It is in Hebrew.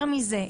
יותר מזה,